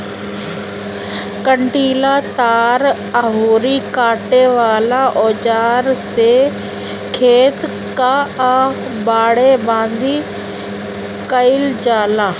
कंटीला तार अउरी काटे वाला औज़ार से खेत कअ बाड़ेबंदी कइल जाला